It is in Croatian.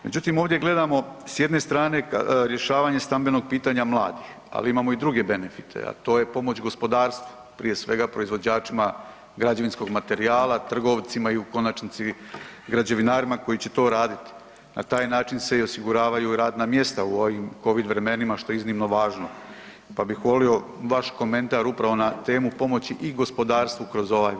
Međutim, ovdje gledamo s jedne strane rješavanje stambenog pitanja mladih, ali imamo i druge benefite, a to je pomoć gospodarstvu, prije svega proizvođačima građevinskog materijala, trgovcima i u konačnici građevinarima koji će to raditi, na taj način se i osiguravaju radna mjesta u ovim Covid vremenima, što je iznimno važno, pa bih volio vaš komentar upravo na temu pomoći i gospodarstvu kroz ovaj vid.